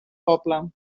poble